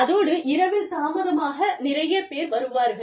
அதோடு இரவில் தாமதமாக நிறையப் பேர் வருவார்கள்